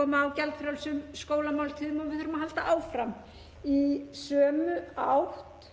koma á gjaldfrjálsum skólamáltíðum og við þurfum að halda áfram í sömu átt.